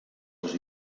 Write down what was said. dos